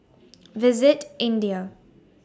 visit India